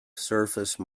surface